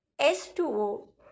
S2O